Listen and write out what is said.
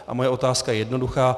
A moje otázka jednoduchá: